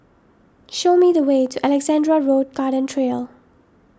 show me the way to Alexandra Road Garden Trail